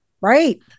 Right